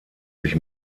sich